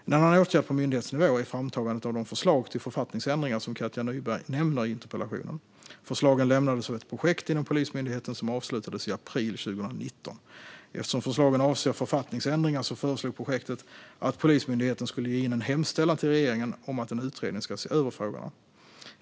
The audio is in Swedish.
En annan åtgärd på myndighetsnivå är framtagandet av de förslag till författningsändringar som Katja Nyberg nämner i interpellationen. Förslagen lämnades av ett projekt inom Polismyndigheten som avslutades i april 2019. Eftersom förslagen avser författningsändringar föreslog projektet att Polismyndigheten skulle ge in en hemställan till regeringen om att en utredning ska se över frågorna.